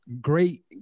great